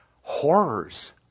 horrors